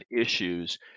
issues